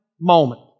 moment